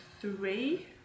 three